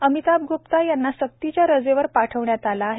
अमिताभ ग्प्ता यांना सक्तीच्या रजेवर पाठवण्यात आलं आहे